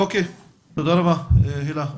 אוקיי, תודה רבה, הילה.